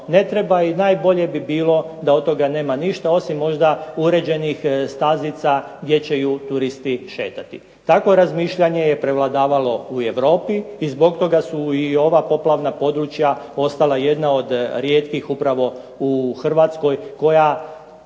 ne treba i najbolje bi bilo da od toga nema ništa, osim možda uređenih stazica gdje će turisti šetati. Takvo razmišljanje je prevladavalo u Europi i zbog toga su ova poplavna područja ostala jedna od rijetkih upravo u Hrvatskoj koja